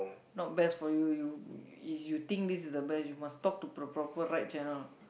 not best for you you is you think this is the best you must talk to the proper right channel